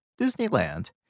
Disneyland